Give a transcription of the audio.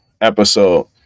episode